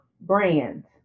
brands